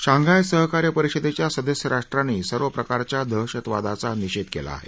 Shanghai सहकार्य परिषदेच्या सदस्य राष्ट्रांनी सर्वप्रकारच्या दहशतवादाचा निषेध केला आहे